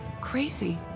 Crazy